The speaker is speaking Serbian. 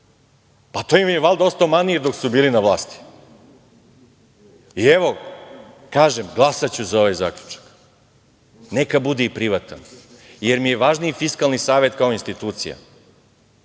To im je, valjda, ostao manir dok su bili na vlasti. Evo, kažem, glasaću za ovaj zaključak, neka bude i privatan, jer mi je važniji Fiskalni savet kao institucija